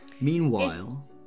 Meanwhile